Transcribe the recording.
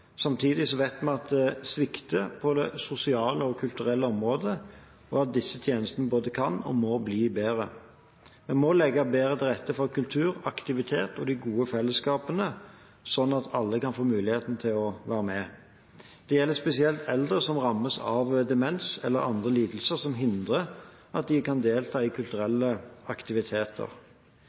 Samtidig vet vi at det svikter på det sosiale og kulturelle området, og at disse tjenestene både kan og må bli bedre. Vi må legge bedre til rette for kultur, aktivitet og det gode fellesskapet, slik at alle kan få muligheten til å være med. Det gjelder spesielt eldre som rammes av demens eller andre lidelser som hindrer at de kan delta i kulturelle aktiviteter.